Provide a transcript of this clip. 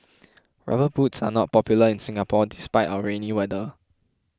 rubber boots are not popular in Singapore despite our rainy weather